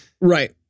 Right